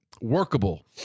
workable